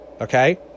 okay